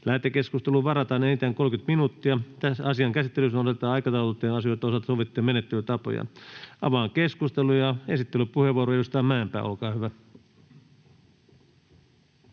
Lähetekeskusteluun varataan enintään 30 minuuttia. Tässä asian käsittelyssä noudatetaan aikataulutettujen asioiden osalta sovittuja menettelytapoja. — Avaan keskustelun. Esittelypuheenvuoro, edustaja Mäenpää, olkaa hyvä.